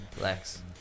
Lex